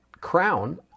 crown